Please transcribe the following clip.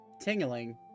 tingling